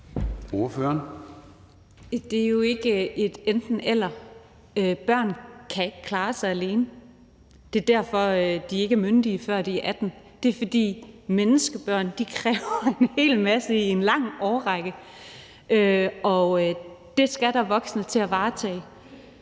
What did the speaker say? Det er jo ikke et enten-eller. Børn kan ikke klare sig alene. Det er derfor, at de ikke er myndige, før de er 18 år. Det er, fordi menneskebørn kræver en hel masse i en lang årrække, og det skal der voksne til at varetage.